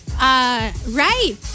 Right